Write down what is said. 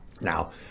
now